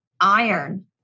iron